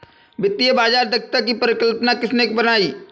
वित्तीय बाजार दक्षता की परिकल्पना किसने बनाई?